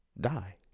die